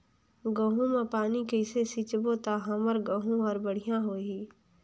गहूं म पानी कइसे सिंचबो ता हमर गहूं हर बढ़िया होही?